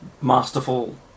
masterful